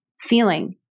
feeling